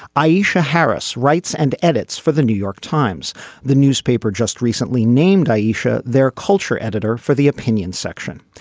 aisha harris writes and edits for the new york times the newspaper just recently named aisha their culture editor for the opinion section.